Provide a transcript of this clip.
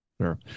Sure